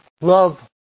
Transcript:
love